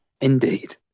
Indeed